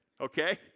Okay